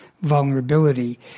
vulnerability